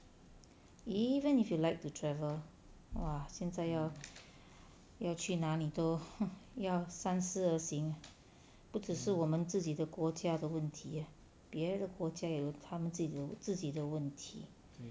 even if you like to travel !wah! 现在要要去哪里都要三思而行啊不只是我们自己的国家的问题啊别的国家有他们自己自己的问题